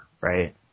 right